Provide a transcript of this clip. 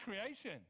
creation